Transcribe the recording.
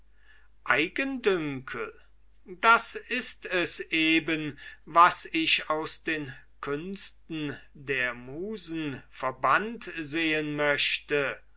eigendünkel das ist es eben was ich aus den künsten der musen verbannt sehen möchte